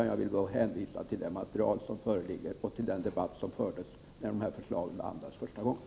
Jag vill hänvisa till det material som föreligger och till den debatt som fördes när förslagen behandlades första gången.